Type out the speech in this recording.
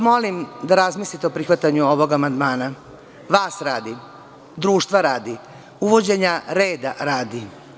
Molim vas da razmislite o prihvatanju ovog amandmana, vas radi, društva radi, uvođenja reda radi.